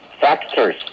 factors